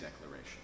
declaration